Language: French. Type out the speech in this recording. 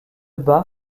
bas